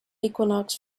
equinox